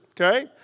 Okay